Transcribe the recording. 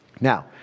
Now